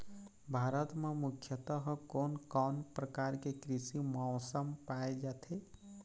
भारत म मुख्यतः कोन कौन प्रकार के कृषि मौसम पाए जाथे?